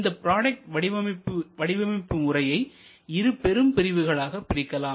இந்த ப்ராடக்ட் வடிவமைப்பு முறையை இரு பெரும் பிரிவுகளாக பிரிக்கலாம்